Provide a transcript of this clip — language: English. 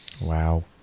Wow